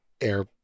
air